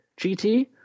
gt